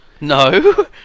No